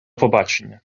побачення